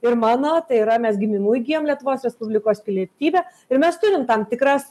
ir mano tai yra mes gimimu įgijom lietuvos respublikos pilietybę ir mes turim tam tikras